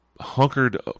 hunkered